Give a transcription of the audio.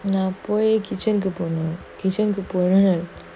நான்பொய்:nan poi kitchen ku போனேன்:ponen kitchen போனதும்:ponathum